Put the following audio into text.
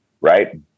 right